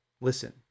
listen